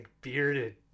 bearded